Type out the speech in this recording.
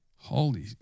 Holy